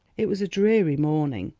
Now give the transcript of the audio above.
it was a dreary morning.